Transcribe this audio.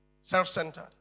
self-centered